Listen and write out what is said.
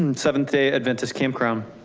and seventh day adventist cancrum.